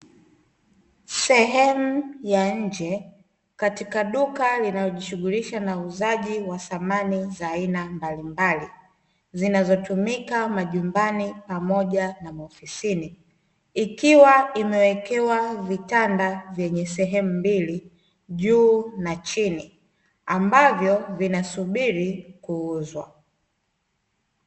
Sehemu ya nje katika duka linalojishughulisha na uuzaji wa samani za aina mbalimbali, zinazotumika majumbani pamoja na maofisini, ikiwa imewekewa vitanda vyenye sehemu mbili, juu na chini, ambavyo vinasubiri kuuzwa.